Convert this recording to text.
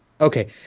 Okay